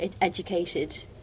educated